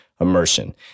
immersion